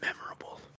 Memorable